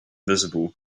visible